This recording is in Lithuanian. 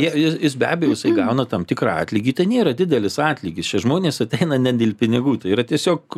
jis jis be abejo jisai gauna tam tikrą atlygį tai nėra didelis atlygis čia žmonės ateina ne dėl pinigų tai yra tiesiog